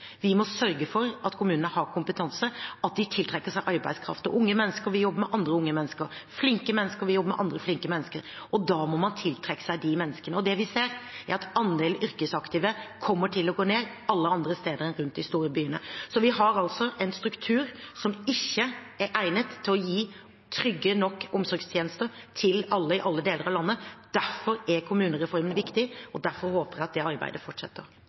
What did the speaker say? Vi må sørge for at kommunene har kompetanse, at de tiltrekker seg arbeidskraft. Unge mennesker vil jobbe med andre unge mennesker. Flinke mennesker vil jobbe med andre flinke mennesker. Da må man tiltrekke seg de menneskene. Det vi ser, er at andelen yrkesaktive kommer til å gå ned alle andre steder enn rundt de store byene. Vi har altså en struktur som ikke er egnet til å gi trygge nok omsorgstjenester til alle i alle deler av landet. Derfor er kommunereformen viktig, og derfor håper jeg at det arbeidet fortsetter.